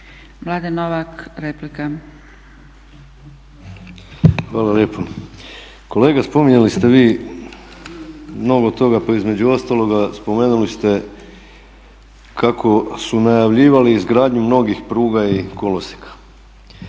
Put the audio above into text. Mladen (ORaH)** Hvala lijepo. Kolega, spominjali ste vi mnogo toga pa između ostalog spomenuli ste kako su najavljivali izgradnju mnogih pruga i kolosijeka.